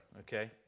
Okay